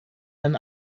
ein